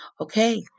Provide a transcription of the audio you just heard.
Okay